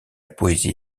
poésie